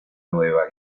nueva